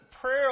prayer